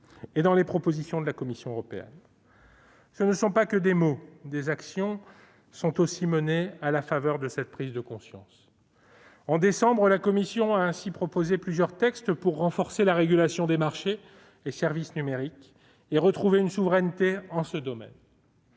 et dans les propositions de la Commission européenne. Ce ne sont pas que des mots : des actions sont aussi menées à la faveur de cette prise de conscience. En décembre dernier, la Commission a ainsi proposé plusieurs textes pour renforcer la régulation des marchés et services numériques et retrouver une souveraineté dans ce domaine.